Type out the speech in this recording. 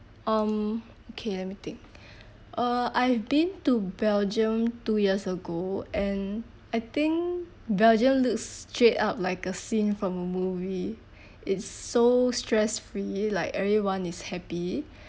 um okay let me think uh I've been to belgium two years ago and I think belgium looks straight up like a scene from a movie it's so stress free like everyone is happy